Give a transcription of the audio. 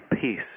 peace